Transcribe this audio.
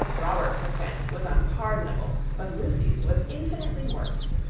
robert's offence was unpardonable, but lucy's was infinitely worse.